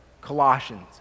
Colossians